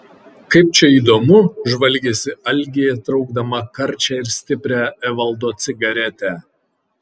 kaip čia įdomu žvalgėsi algė traukdama karčią ir stiprią evaldo cigaretę